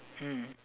mm